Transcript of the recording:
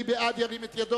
נא להרים את היד